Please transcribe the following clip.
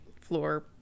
floor